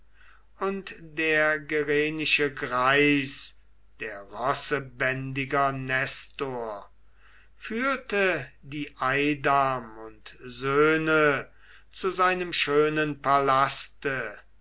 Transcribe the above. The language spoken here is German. und der gerenische greis der rossebändiger nestor führte die eidam und söhne zu seinem schönen